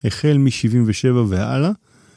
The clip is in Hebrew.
החל משבעים ושבע והלאה.